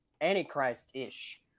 Antichrist-ish